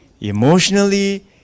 emotionally